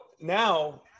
now